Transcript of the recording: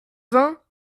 vingt